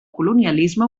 colonialisme